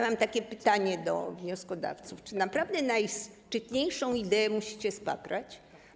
Mam takie pytanie do wnioskodawców: Czy naprawdę najszczytniejszą ideę musicie spaprać?